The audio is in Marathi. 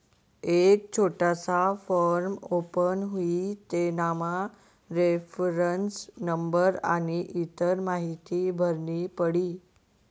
एक छोटासा फॉर्म ओपन हुई तेनामा रेफरन्स नंबर आनी इतर माहीती भरनी पडी